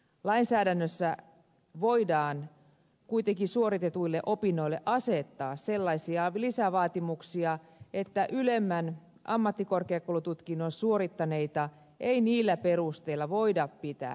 lainsäädännössä voidaan kuitenkin suoritetuille opinnoille asettaa sellaisia lisävaatimuksia että ylemmän ammattikorkeakoulututkinnon suorittaneita ei niillä perusteilla voida pitää kelpoisina